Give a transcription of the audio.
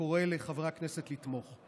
וקורא לחברי הכנסת לתמוך.